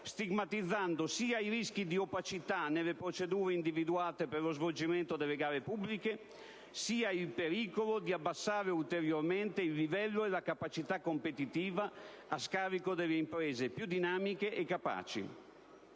stigmatizzando sia i rischi di opacità nelle procedure individuate per lo svolgimento delle gare pubbliche sia il pericolo di abbassare ulteriormente il livello e la capacità competitiva, a scapito delle imprese più dinamiche e capaci.